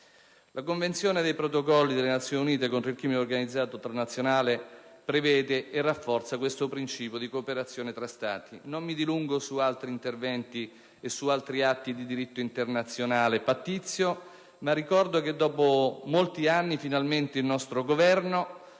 la Convenzione e i Protocolli delle Nazioni Unite contro il crimine organizzato transnazionale prevedono e rafforzano questo principio di cooperazione tra Stati. Non mi dilungo su altri atti di diritto internazionale pattizio, ma ricordo che dopo molti anni, finalmente, il nostro Governo